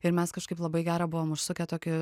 ir mes kažkaip labai gerą buvom užsukę tokį